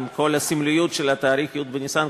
עם כל הסמליות של התאריך י' בניסן,